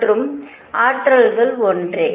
மற்றும் ஆற்றல்கள் ஒன்றே